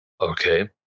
Okay